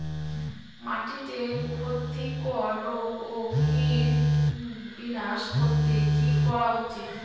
মাটিতে ক্ষতি কর রোগ ও কীট বিনাশ করতে কি করা উচিৎ?